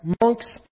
monks